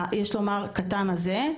יש לומר, הקטן הזה.